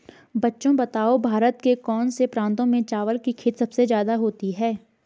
बच्चों बताओ भारत के कौन से प्रांतों में चावल की खेती सबसे ज्यादा होती है?